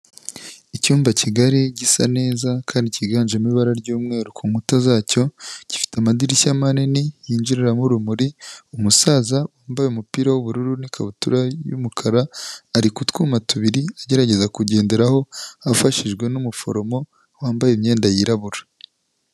Icyumba kigari gisa neza kandi cyiganjemo ibara ry'umweru ku nkuta zacyo, gifite amadirishya manini yinjiriramo urumuri, umusaza wambaye umupira w'ubururu n'ikabutura y'umukara ari kutwuma tubiri agerageza kugenderaho afashijwe n'umuforomo wambaye imyenda yirabura.